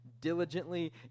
diligently